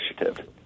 initiative